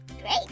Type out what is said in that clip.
Great